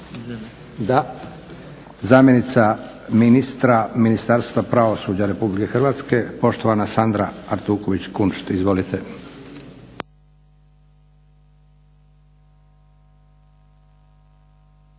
Da. Zamjenica ministra Ministarstva pravosuđa Republike Hrvatske poštovana Sandra Artuković Kunšt. Izvolite.